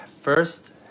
first